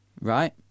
Right